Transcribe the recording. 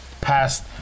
past